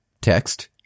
text